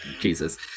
Jesus